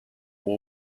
will